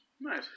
Nice